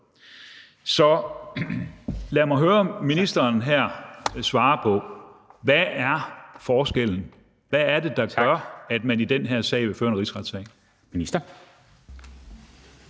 Så lad mig her høre ministeren svare på: Hvad er forskellen? Hvad er det, der gør, at man i den her sag vil føre en rigsretssag?